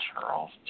Charles